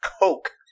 Coke